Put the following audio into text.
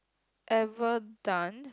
ever done